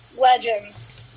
Legends